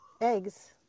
Eggs